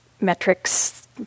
metrics